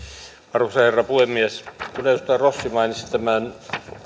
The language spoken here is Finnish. arvoisa herra puhemies edustaja rossi mainitsi tämän